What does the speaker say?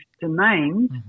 domains